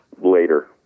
Later